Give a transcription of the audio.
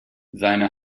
seine